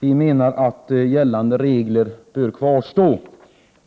Vi anser att gällande regler bör kvarstå.